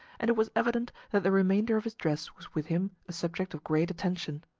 and it was evident that the remainder of his dress was with him a subject of great attention.